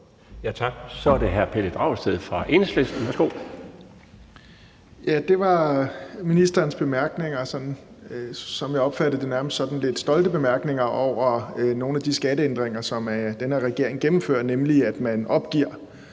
Tak. Så er det hr. Pelle Dragsted fra Enhedslisten. Værsgo. Kl. 12:35 Pelle Dragsted (EL): Ja, det var ministerens om bemærkninger – jeg opfattede dem nærmest som sådan lidt stolte – til nogle af de skatteændringer, som den her regering gennemfører, altså at man opgiver